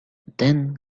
then